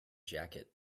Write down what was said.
jacket